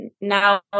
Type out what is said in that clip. now